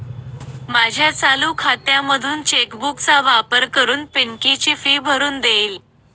माझ्या चालू खात्यामधून चेक बुक चा वापर करून पिंकी ची फी भरून देईल